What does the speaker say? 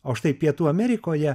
o štai pietų amerikoje